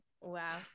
wow